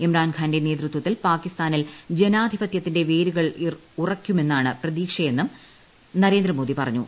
ഇമ്രാൻഖാന്റെ നേതൃത്വത്തിൽ പാകിസ്ഥാനിൽ ജനാധിപത്യത്തിന്റെ വേരുകൾ ഉറയ്ക്കുമെന്നാണ് പ്രതീക്ഷയെന്നും നരേന്ദ്രമോദി പറഞ്ഞു